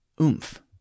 oomph